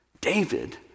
David